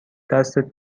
دستت